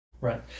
Right